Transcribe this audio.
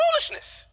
foolishness